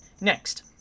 Next